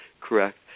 correct